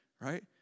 right